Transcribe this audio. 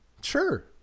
Sure